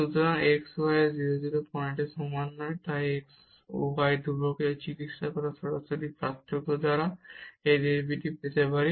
সুতরাং x y এ 0 0 পয়েন্টের সমান নয় আমরা এই y ধ্রুবককে আচরণ করার সরাসরি পার্থক্য দ্বারা এই ডেরিভেটিভ পেতে পারি